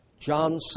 John